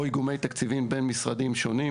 או איגומי תקציבים בין משרדים שונים,